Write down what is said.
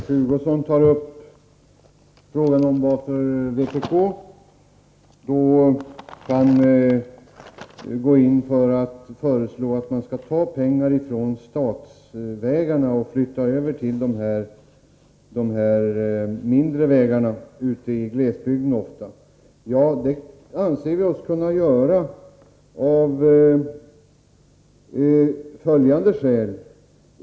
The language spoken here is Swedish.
Herr talman! Kurt Hugosson tar upp frågan varför vpk föreslår att man skall föra över pengar från de statliga vägarna till de enskilda vägarna, ofta ute i glesbygden. Vi anser att man kan göra det av följande skäl.